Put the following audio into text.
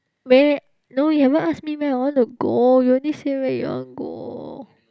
meh no you haven't ask me meh I want to go you only say where you want to go